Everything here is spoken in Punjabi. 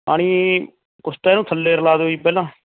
ਪਾਣੀ ਕੁਛ ਤਾਂ ਇਹਨੂੰ ਥੱਲੇ ਰਲਾ ਦਿਉ ਜੀ ਪਹਿਲਾਂ